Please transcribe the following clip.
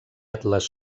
atles